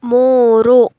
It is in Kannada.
ಮೂರು